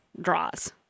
draws